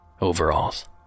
Overalls